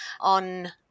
on